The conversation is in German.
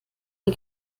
den